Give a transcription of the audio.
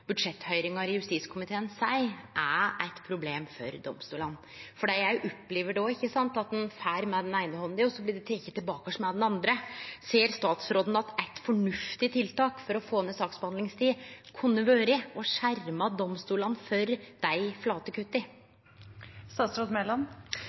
budsjetthøyringar i justiskomiteen seier er eit problem for domstolane, for òg dei opplever at ein får med den eine handa, og så blir det teke tilbake med den andre. Ser statsråden at eit fornuftig tiltak for å få ned saksbehandlingstida kunne ha vore å skjerme domstolane for dei flate